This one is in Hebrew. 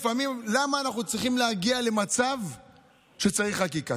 למה אנחנו צריכים להגיע למצב שצריך חקיקה?